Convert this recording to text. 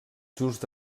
just